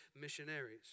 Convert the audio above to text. missionaries